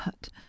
But